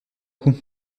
coup